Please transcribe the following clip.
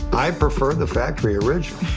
i prefer the factory original.